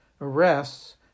arrests